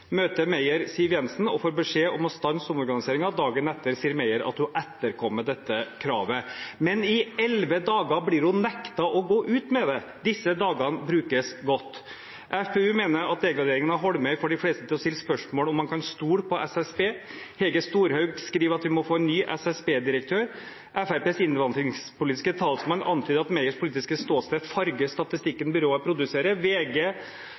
møter Meyer Siv Jensen og får beskjed om å stanse omorganiseringen. Dagen etter sier Meyer at hun etterkommer dette kravet. Men i 11 dager blir hun nektet å gå ut med det. Disse dagene brukes godt. Fremskrittspartiets Ungdom mener at degraderingen av Holmøy får de fleste til å stille spørsmål om hvorvidt man kan stole på SSB. Hege Storhaug skriver at vi må få en ny SSB-direktør. Fremskrittspartiets innvandringspolitiske talsmann antyder at Meyers politiske ståsted farger statistikken byrået produserer. VG